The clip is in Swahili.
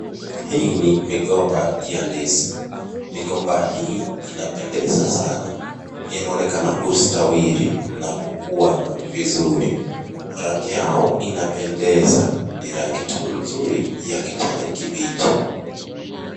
Hii ni migomba ya ndizi. Migomba hii inapendeza sana. Inaonekana kustawiri na kukua vizuri. Rangi yao inapendeza, ni rangi tu nzuri ya kijani kibichi.